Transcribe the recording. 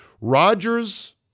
Rodgers